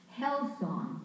Hellsong